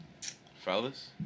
Fellas